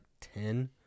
ten